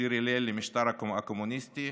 שיר הלל למשטר הקומוניסטי,